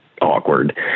awkward